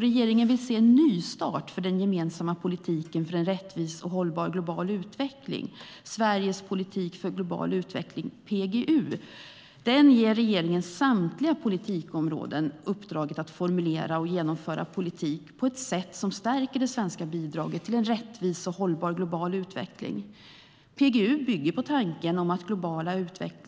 Regeringen vill se en nystart för den gemensamma politiken för en rättvis och hållbar global utveckling - Sveriges politik för global utveckling, PGU. Den ger regeringen på samtliga politikområden uppdraget att formulera och genomföra politik på ett sätt som stärker det svenska bidraget till en rättvis och hållbar global utveckling. PGU bygger på tanken att globala